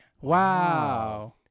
Wow